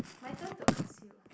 my turn to ask you